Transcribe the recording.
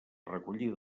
recollida